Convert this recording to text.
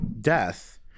death